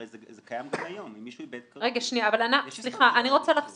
הרי זה קיים גם היום אם מישהו איבד כרטיס --- אבל הכרטיס לא נגנב,